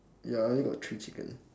ya I only got three chicken